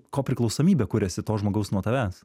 ko priklausomybė kur esi to žmogaus nuo tavęs